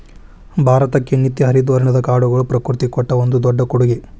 ಭಾರತಕ್ಕೆ ನಿತ್ಯ ಹರಿದ್ವರ್ಣದ ಕಾಡುಗಳು ಪ್ರಕೃತಿ ಕೊಟ್ಟ ಒಂದು ದೊಡ್ಡ ಕೊಡುಗೆ